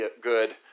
good